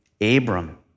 Abram